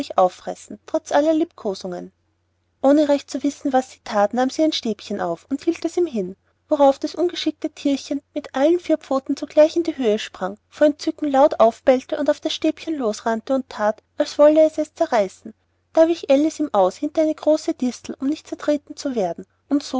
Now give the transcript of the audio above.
auffressen trotz allen liebkosungen ohne recht zu wissen was sie that nahm sie ein stäbchen auf und hielt es ihm hin worauf das ungeschickte thierchen mit allen vier füßen zugleich in die höhe sprang vor entzücken laut aufbellte auf das stäbchen losrannte und that als wolle es es zerreißen da wich alice ihm aus hinter eine große distel um nicht zertreten zu werden und